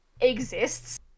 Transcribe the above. exists